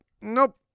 Nope